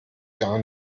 gar